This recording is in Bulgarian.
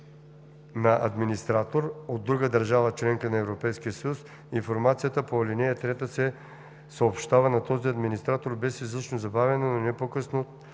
на администратор от друга държава – членка на Европейския съюз, информацията по ал. 3 се съобщава на този администратор, без излишно забавяне, но не по-късно